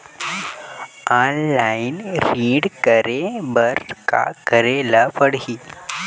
Online ऋण करे बर का करे ल पड़हि?